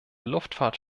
luftfahrt